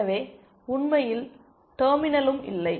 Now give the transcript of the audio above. எனவே உண்மையில் டெர்மினலும் இல்லை